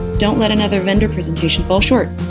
don't let another vendor presentation fall short.